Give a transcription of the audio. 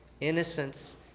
innocence